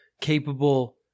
capable